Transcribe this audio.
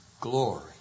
glory